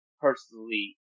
personally